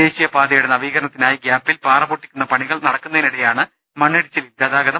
ദേശീയപാതയുടെ നവീകരണത്തിനായി ഗ്യാപ്പിൽ പാറ പൊട്ടിക്കുന്ന പണികൾ നടക്കുന്ന തിനിടെയാണ് മണ്ണിടിച്ചിലിൽ ഗതാഗതം